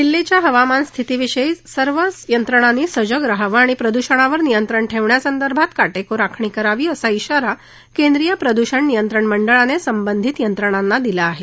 दिल्लीच्या हवामान स्थितीसंबधी सर्व यंत्रणानी सजग रहावे आणि प्रदूषणावर नियत्रण ठेवण्यासंदर्भात काटेकोर आखणी करावी असा िगारा केंद्रीय प्रदुषण नियंत्रण मंडळाने संबधित यंत्रणाना दिला आहे